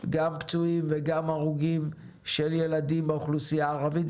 גם פצועים וגם הרוגים של ילדים באוכלוסייה הערבית.